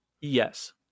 Yes